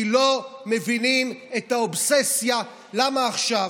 כי לא מבינים את האובססיה, למה עכשיו.